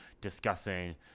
discussing